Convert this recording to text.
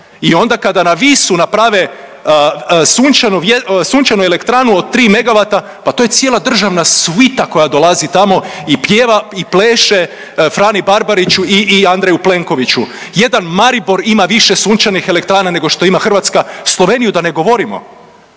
i onda kada na Visu naprave sunčanu elektranu od 3 MW pa to je cijela državna svita koja dolazi tamo i pjeva i pleše Frani Barbariću i Andreju Plenkoviću. Jedan Maribor ima više sunčanih elektrana nego što ima Hrvatska, Sloveniju da ne govorimo.